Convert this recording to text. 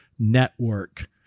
network